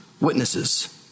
witnesses